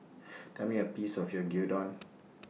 Tell Me The Price of Gyudon